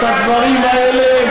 את הדברים האלה,